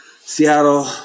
Seattle